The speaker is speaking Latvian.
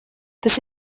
tas